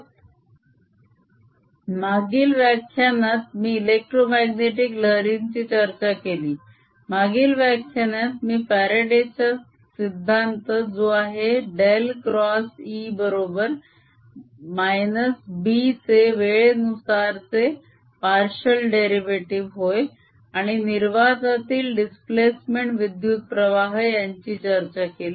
आणि मागील व्याख्यानात मी इलेक्ट्रोमाग्नेटीक लहरींची चर्चा केली मागील व्याख्यानात मी फ्याराडे च्या सिद्धांत जो आहे डेल क्रॉस E बरोबर - B चे वेळेनुसार चे पार्शिअल डेरीवेटीव होय आणि निर्वातातील डीस्प्लेसमेंट विद्युत्प्रवाह यांची चर्चा केली